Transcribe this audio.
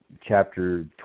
chapter